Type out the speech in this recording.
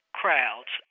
crowds